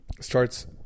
starts